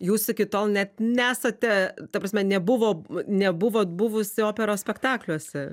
jūs iki tol net nesate ta prasme nebuvo nebuvot buvusi operos spektakliuose